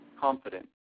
Confident